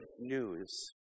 news